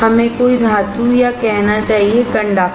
हमें कोई धातु या कहना चाहिए कंडक्टर